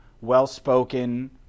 well-spoken